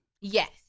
yes